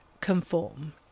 conform